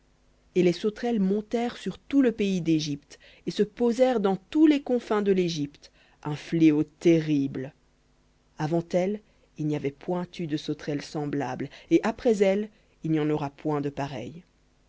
et les sauterelles montèrent sur tout le pays d'égypte et se posèrent dans tous les confins de l'égypte un fléau terrible avant elles il n'y avait point eu de sauterelles semblables et après elles il n'y en aura point de pareilles